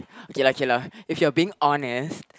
okay lah okay lah if you're being honest